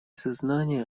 сознание